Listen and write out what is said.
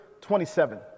27